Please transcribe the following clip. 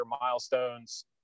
milestones